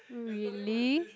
really